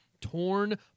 Torn